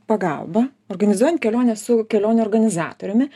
pagalba organizuojant kelionę su kelionių organizatoriumi